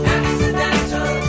accidental